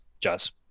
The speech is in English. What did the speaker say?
jazz